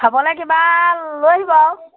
খাবলৈ কিবা লৈ আহিব আৰু